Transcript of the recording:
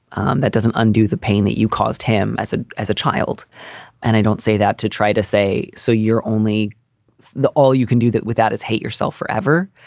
and that doesn't undo the pain that you caused him as a as a child and i don't say that to try to say so. you're only the all you can do that without as hate yourself forever.